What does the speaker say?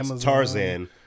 Tarzan